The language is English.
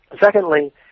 Secondly